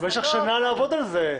אבל יש לך שנה לעבוד על זה.